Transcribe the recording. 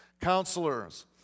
Counselors